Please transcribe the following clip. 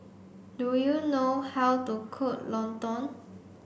do you know how to cook Lontong